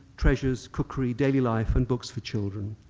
treasures, cookery, daily life, and books for children.